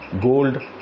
gold